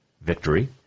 victory